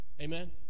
Amen